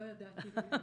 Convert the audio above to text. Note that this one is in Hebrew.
לא ידעתי.